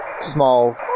small